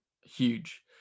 huge